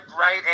right